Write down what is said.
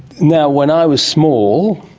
now, when i was small,